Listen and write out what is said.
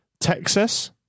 Texas